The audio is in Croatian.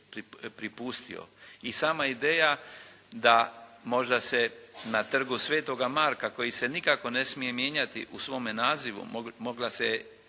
I sama ideja da možda se na Trgu sv. Marka koji se nikako ne smije mijenjati u svome nazivu mogla se